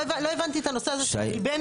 אני לא הבנתי את הנושא הזה של הגיבנת.